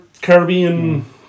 Caribbean